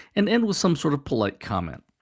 and end with some sort of polite comment.